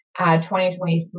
2023